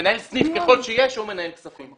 מנהל סניף ככל שיש או מנהל כספים.